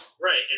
Right